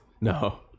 No